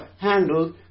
handled